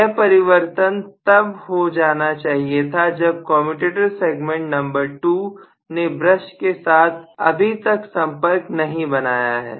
यह परिवर्तन तब हो जाना चाहिए था जब कमयुटेटर सेगमेंट नंबर 2 ने ब्रश के साथ अभी तक संपर्क नहीं बनाया है